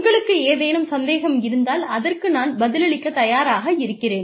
உங்களுக்கு ஏதேனும் சந்தேகம் இருந்தால் அதற்கு நான் பதிலளிக்கத் தயாராக இருக்கிறேன்